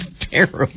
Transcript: Terrible